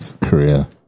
Korea